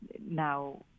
Now